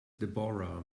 deborah